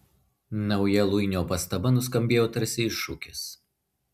nauja luinio pastaba nuskambėjo tarsi iššūkis